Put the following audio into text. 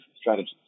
strategies